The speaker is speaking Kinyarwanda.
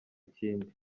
ikindi